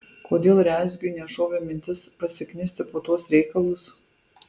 kodėl rezgiui nešovė mintis pasiknisti po tuos reikalus